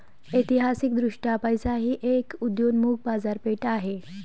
ऐतिहासिकदृष्ट्या पैसा ही एक उदयोन्मुख बाजारपेठ आहे